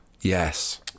yes